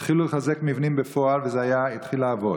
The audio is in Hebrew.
התחילו לחזק מבנים בפועל וזה התחיל לעבוד.